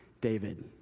David